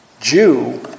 Jew